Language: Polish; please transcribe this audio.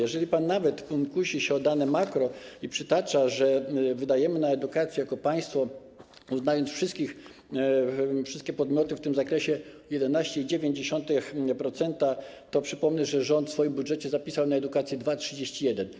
Jeżeli pan nawet kusi się o dane makro i przytacza, że wydajemy na edukację jako państwo, uznając wszystkich, wszystkie podmioty w tym zakresie, 11,9%, to przypomnę, że rząd w swoim budżecie zapisał na edukację 2,31.